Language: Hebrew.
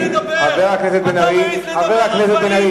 חבר הכנסת בן-ארי,